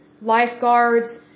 lifeguards